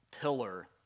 pillar